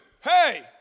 hey